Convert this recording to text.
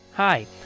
Hi